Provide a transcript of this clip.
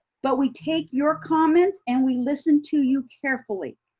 but we take your comments and we listen to you carefully.